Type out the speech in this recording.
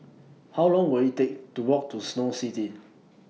How Long Will IT Take to Walk to Snow City